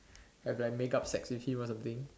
have like make up sex so you want to blink